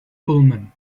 pullman